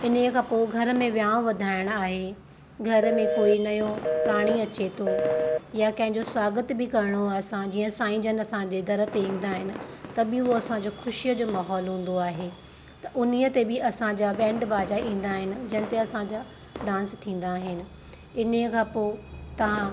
इन ई खां पोइ घर में वियाउ वधाइणा आहे घर में कोई नयों प्राणी अचे थो या कंहिंजो स्वागत बि करिणो आहे असां जीअं साईं जन असांजे दर ते ईंदा आहिनि त बि असांजो ख़ुशीअ जो माहोलु हूंदो आहे त उन ई ते बि असांजा बैंड बाजा ईंदा आहिनि जंहिंते असांजा डांस थींदा आहिनि इन ई खां पोइ तव्हां